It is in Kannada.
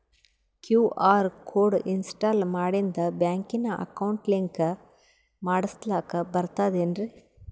ಕ್ಯೂ.ಆರ್ ಕೋಡ್ ಇನ್ಸ್ಟಾಲ ಮಾಡಿಂದ ಬ್ಯಾಂಕಿನ ಅಕೌಂಟ್ ಲಿಂಕ ಮಾಡಸ್ಲಾಕ ಬರ್ತದೇನ್ರಿ